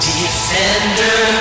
Defender